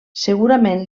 segurament